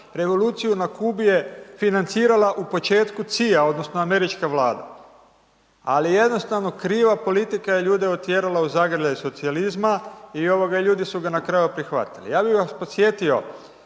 revoluciju na Kubi je financirala u početku CIA odnosno američka vlada, ali jednostavno kriva politika je ljude otjerala u zagrljaj socijalizma i ovoga ljudi su ga na kraju prihvatili. Ja bih vas podsjetio,